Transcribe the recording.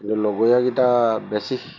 কিন্তু লগৰীয়াকেইটা বেছি